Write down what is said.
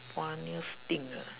funniest thing ah